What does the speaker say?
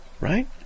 right